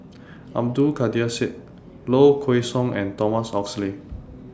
Abdul Kadir Syed Low Kway Song and Thomas Oxley